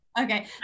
Okay